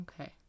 Okay